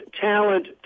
talent